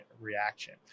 reaction